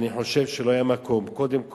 אני נותן לך הצעה